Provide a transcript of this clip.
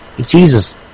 Jesus